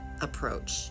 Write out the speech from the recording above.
approach